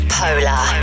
polar